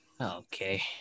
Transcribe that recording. Okay